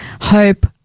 hope